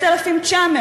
6,900,